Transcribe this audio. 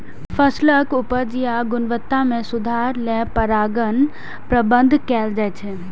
फसलक उपज या गुणवत्ता मे सुधार लेल परागण प्रबंधन कैल जाइ छै